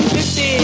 Fifty